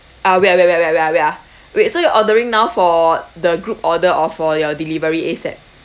ah wait wait wait wait wait ah wait ah wait so you ordering now for the group order or for your delivery ASAP